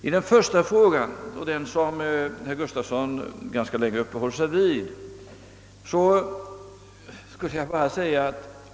Herr Gustavsson uppehöll sig ganska länge vid den första frågan.